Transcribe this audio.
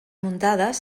muntades